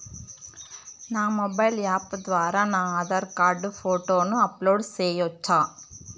నా mobile app ద్వారా నా ఆధార్ కార్డు ఫోటోను అప్లోడ్ సేయొచ్చా?